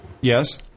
Yes